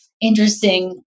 interesting